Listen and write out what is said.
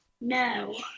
No